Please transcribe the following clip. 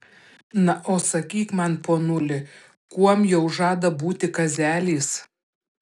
na o sakyk man ponuli kuom jau žada būti kazelis